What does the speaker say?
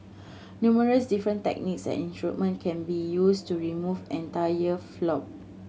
numerous different techniques and instrument can be used to remove entire polyp